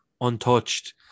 untouched